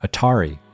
Atari